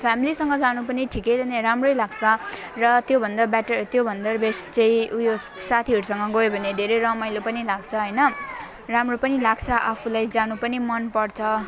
फ्यामिलीसँग जानु पनि ठिकै नै राम्रै लाग्छ र त्यो भन्दा बेटर त्यो भन्दा बेस्ट चाहिँ उयो साथीहरूसँग गयो भने धेरै रमाइलो पनि लाग्छ होइन राम्रो पनि लाग्छ आफूलाई जानु पनि मन पर्छ